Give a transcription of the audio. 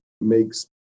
makes